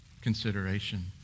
consideration